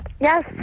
Yes